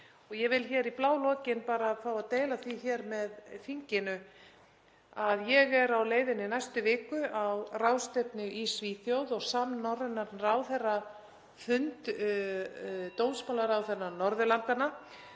Ég vil í blálokin bara fá að deila því hér með þinginu að ég er á leiðinni í næstu viku á ráðstefnu í Svíþjóð á samnorrænan ráðherrafund dómsmálaráðherra Norðurlandanna